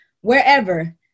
wherever